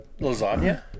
lasagna